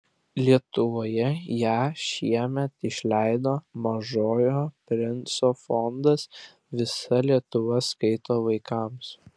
lietuvoje ją šiemet išleido mažojo princo fondas visa lietuva skaito vaikams